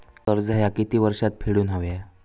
कर्ज ह्या किती वर्षात फेडून हव्या?